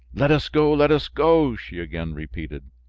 let us go, let us go! she again repeated.